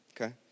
okay